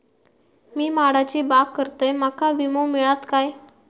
मी माडाची बाग करतंय माका विमो मिळात काय?